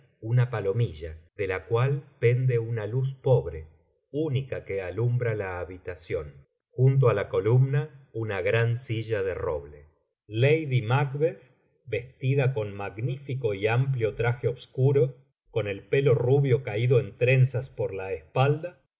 una palomilla de la cual pende una luz pobre única que alumbra la habitación junto á la columna una gran silla de roble ladymac beth vestida con magnífico y amplio traje obscuro con el pelo rubio caído en trenzas por la espalda